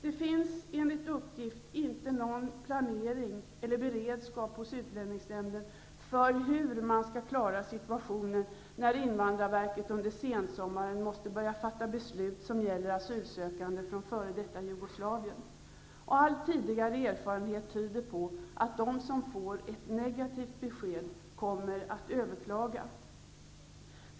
Det finns, enligt uppgift, inte någon planering eller beredskap hos utlänningsnämnden för hur man skall klara situationen när invandrarverket under sensommaren måste börja fatta beslut som gäller asylsökande från f.d. Jugoslavien. All tidigare erfarenhet tyder på att de som får ett negativt besked kommer att överklaga.